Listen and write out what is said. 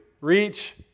reach